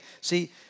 See